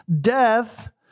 death